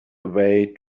away